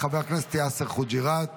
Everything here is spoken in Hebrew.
חבר הכנסת יאסר חוג'יראת.